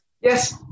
yes